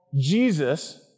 Jesus